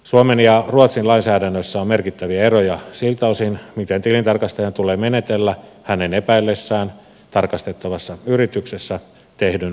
suomen ja ruotsin lainsäädännössä on merkittäviä eroja siltä osin miten tilintarkastajan tulee menetellä hänen epäillessään tarkastettavassa yrityksessä tehdyn talousrikoksia